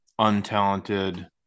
untalented